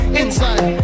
inside